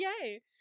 yay